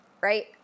right